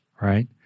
right